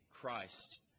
Christ